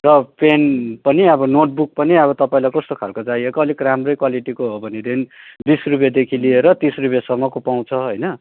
र पेन पनि अब नोटबुक पनि अब तपाईँलाई कस्तो खालको चाहिएको अलिक राम्रै क्वालिटी हो भनेदेखि बिस रुपियाँदेखि लिएर तिस रुपियाँसम्मको पाउँछ होइन